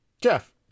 Jeff